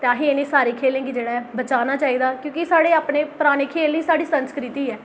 तां आहीं उ'नें सारें खेलें गी जेह्ड़ा बचाना चाहिदा क्योंकि एह् साढ़े अपने पराने खेल न साढ़ी संस्कृति ऐ आहें अपनी संस्कृति नेई बचाचै